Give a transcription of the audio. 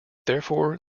therefore